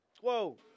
Whoa